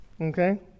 okay